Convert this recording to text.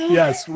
yes